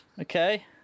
Okay